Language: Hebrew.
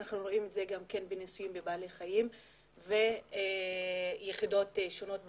אנחנו רואים את זה גם כן בניסויים בבעלי חיים ויחידות שונות במשטרה,